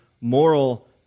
moral